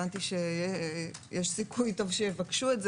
הבנתי שיש סיכוי טוב שיבקשו את זה